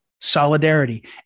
solidarity